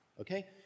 okay